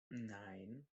nein